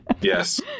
yes